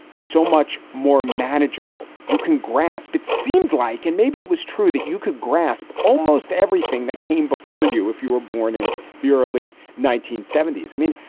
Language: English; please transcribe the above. so much more manageable. you can grasp it seemed like and maybe it was true that you could grasp almost everything that came before you if you were born in the early nineteen seventy s. i mean,